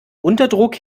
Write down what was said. unterdruck